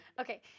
Okay